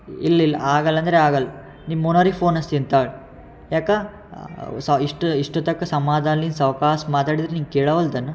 ಇಲ್ಲಿಲ್ಲ ಆಗಲ್ಲ ಅಂದರೆ ಆಗಲ್ಲ ನಿಮ್ಮ ಓನರಿಗೆ ಫೋನ್ ಹಚ್ತೀನಿ ತಾಳು ಯಾಕೆ ಸಹ ಇಷ್ಟು ಇಷ್ಟೊತ್ತು ತನ್ಕ ಸಮಾಧಾನ್ಲಿಂದ ಸಾವ್ಕಾಶ ಮಾತಾಡಿದ್ರೆ ನೀನು ಕೇಳವಲ್ದನ